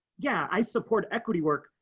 yeah, i support equity work,